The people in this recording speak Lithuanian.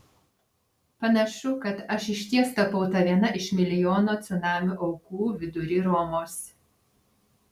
panašu kad aš išties tapau ta viena iš milijono cunamio aukų vidury romos